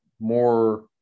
more